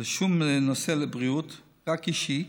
זה שום נושא של בריאות, רק אישי,